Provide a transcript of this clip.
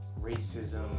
racism